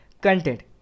Content